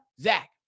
Zach